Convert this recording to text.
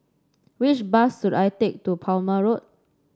which bus should I take to Palmer Road